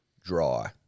dry